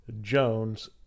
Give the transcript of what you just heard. Jones